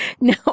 No